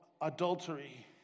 adultery